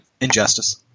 Injustice